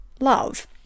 love